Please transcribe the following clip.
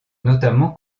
notamment